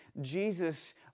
Jesus